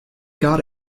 got